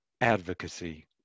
advocacy